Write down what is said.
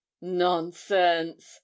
Nonsense